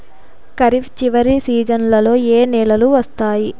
ఖరీఫ్ చివరి సీజన్లలో ఏ నెలలు వస్తాయి?